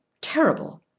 Terrible